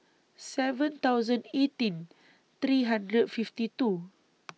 seven hundred eighteen three hundred fifty two